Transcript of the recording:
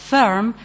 firm